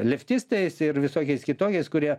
leftistais ir visokiais kitokiais kurie